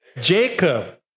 Jacob